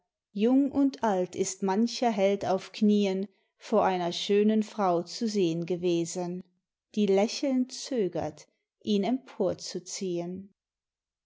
jung und alt ist mancher held auf knie'n vor einer schönen frau zu seh'n gewesen die lächelnd zögert ihn